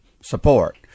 support